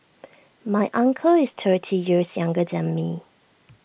my uncle is thirty years younger than me